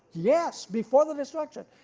yes before the destruction.